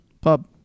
Pub